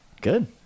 good